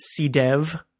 CDEV